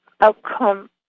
outcome